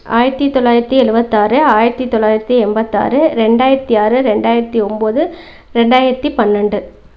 ஆயிரத்தி தொள்ளாயிரத்தி எழுவத்தாறு ஆயிரத்தி தொள்ளாயிரத்தி எண்பத்தாறு ரெண்டாயிரத்தி ஆறு ரெண்டாயிரத்தி ஒம்பது ரெண்டாயிரத்தி பன்னெண்டு